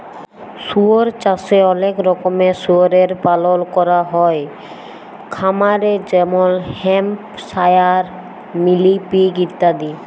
শুয়র চাষে অলেক রকমের শুয়রের পালল ক্যরা হ্যয় খামারে যেমল হ্যাম্পশায়ার, মিলি পিগ ইত্যাদি